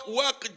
work